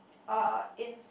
uh in